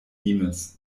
limes